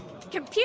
Computer